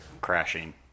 crashing